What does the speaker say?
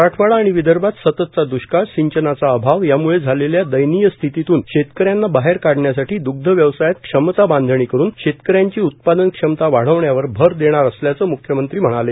मराठवाडा आणि विदर्भात सततचा द्ष्काळ सिंचनाचा अभाव याम्ळे झालेल्या दयनीय स्थितीतून शेतकऱ्यांना बाहेर काढण्यासाठी द्ग्ध व्यवसायात क्षमता बांधणी करुन शेतकऱ्यांची उत्पादन क्षमता वाढवण्यावर भर देणार असल्याचं म्ख्यमंत्री म्हणाले